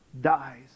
dies